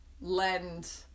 lend